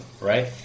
right